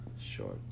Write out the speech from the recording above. Short